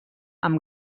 amb